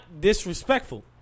disrespectful